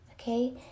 okay